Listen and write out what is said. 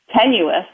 tenuous